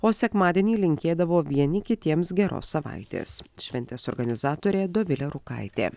o sekmadienį linkėdavo vieni kitiems geros savaitės šventės organizatorė dovilė rūkaitė